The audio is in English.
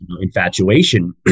infatuation